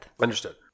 Understood